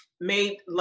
made